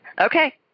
Okay